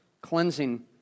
cleansing